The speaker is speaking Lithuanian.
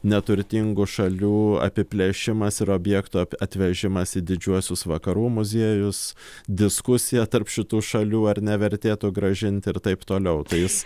neturtingų šalių apiplėšimas ir objekto atvežimas į didžiuosius vakarų muziejus diskusija tarp šitų šalių ar nevertėtų grąžinti ir taip toliau tai jis